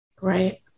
right